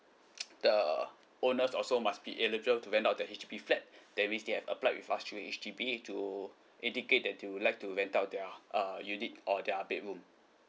the owners also must be eligible to rent out the H_D_B flat that means they have applied with us through H_D_B to indicate that you would like to rent out their uh unit or their bedroom